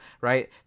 right